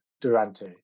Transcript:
Durante